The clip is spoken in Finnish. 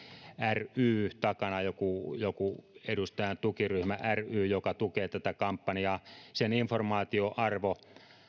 ry takana joku joku edustajan tukiryhmä ry joka tukee tätä kampanjaa sen informaatioarvo